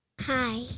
Hi